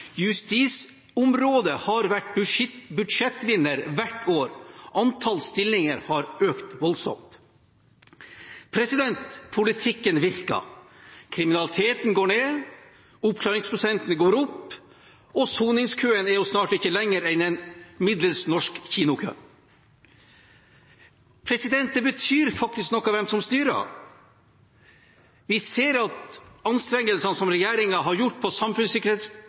har vært en budsjettvinner hvert år. Antall stillinger har økt voldsomt Politikken virker. Kriminaliteten går ned, oppklaringsprosenten går opp, og soningskøen er snart ikke lenger enn en middels norsk kinokø. Det betyr faktisk noe hvem som styrer. Vi ser at anstrengelsene som regjeringen har gjort på